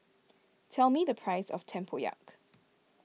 tell me the price of Tempoyak